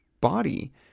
body